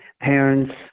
parents